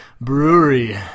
brewery